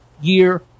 year